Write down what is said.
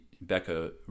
Becca